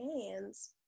hands